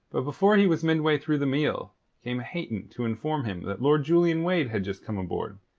but before he was midway through the meal came hayton to inform him that lord julian wade had just come aboard,